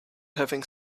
having